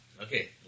Okay